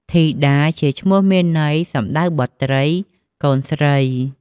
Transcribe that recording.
ធីតា ជាឈ្មោះ មានន័យ សំដៅ បុត្រី កូនស្រី។